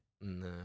no